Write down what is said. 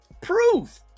Proof